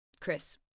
Chris